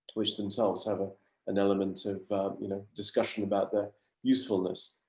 which themselves have ah an element of you know discussion about their usefulness.